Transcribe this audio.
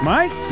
Mike